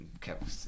kept